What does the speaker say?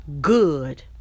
good